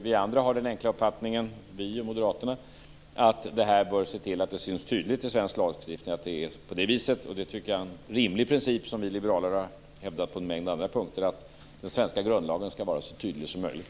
Vi andra, vi och moderaterna, har den enkla uppfattningen att man bör se till att detta syns tydligt i svensk lagstiftning. Jag tycker att det är en rimlig princip, som vi liberaler har hävdat på en mängd andra punkter, att den svenska grundlagen skall vara så tydlig som möjligt.